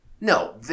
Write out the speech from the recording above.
No